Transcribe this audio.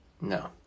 No